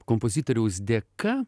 kompozitoriaus dėka